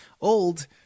old